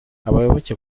abayoboke